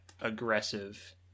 aggressive